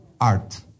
art